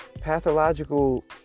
pathological